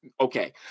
okay